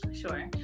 Sure